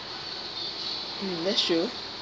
mm that's true